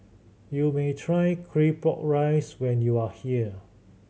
you may try Claypot Rice when you are here